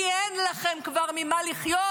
כי אין לכן כבר ממה לחיות,